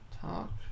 talk